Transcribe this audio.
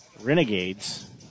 renegades